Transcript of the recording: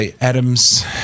Adams